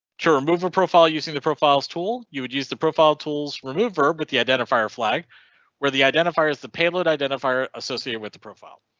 to remove a profile using the profiles tool you would use the profile tools remove verb with the identifier flag where the identifiers the payload identifier associated with the profile.